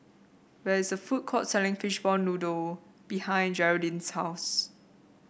there is a food court selling Fishball Noodle behind Jeraldine's house